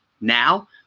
now